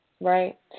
Right